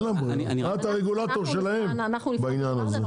את הרגולטור שלהם בעניין הזה.